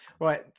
right